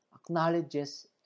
acknowledges